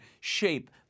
shape